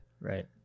Right